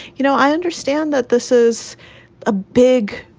you know, i understand that this is a big,